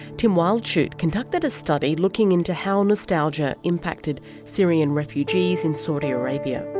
tim wildschut conducted a study looking into how nostalgia impacted syrian refugees in saudi arabia.